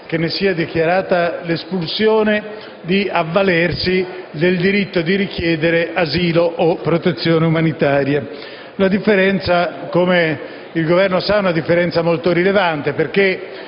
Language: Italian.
che ne sia dichiarata l'espulsione, di avvalersi del diritto di richiedere asilo o protezione umanitaria. La differenza, come il Governo sa, è molto rilevante perché